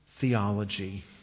theology